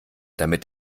damit